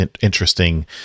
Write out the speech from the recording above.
interesting